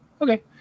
okay